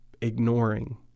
ignoring